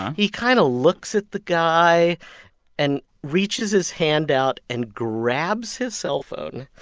he kind of looks at the guy and reaches his hand out and grabs his cellphone.